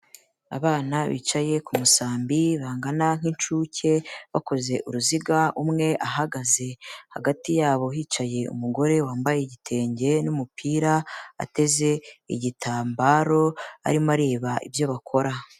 Abana bicaye ku musambi bangana nk'inshuke, bakoze uruziga, umwe ahagaze. Hagati yabo hicaye umugore wambaye igitenge n'umupira, ateze igitambaro, arimo areba ibyo bakora.